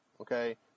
okay